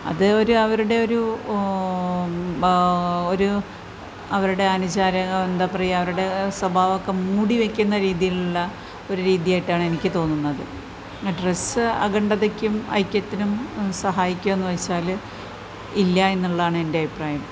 അത് ഒരു അവരടൊരു ഒരു അവരുടെ അനുചാരക എന്താ പറയാ അവരുടെ സ്വഭാവമൊക്കെ മൂടി വെയ്ക്കുന്ന രീതിയിലുള്ള ഒരു രീതിയായിട്ടാണ് എനിക്ക് തോന്നുന്നത് പിന്നെ ഡ്രസ്സ് അഖണ്ഡതക്കും ഐക്യത്തിനും സഹായിക്കോന്ന് ചോദിച്ചാൽ ഇല്ല എന്നുള്ളതാണ് എൻ്റെ അഭിപ്രായം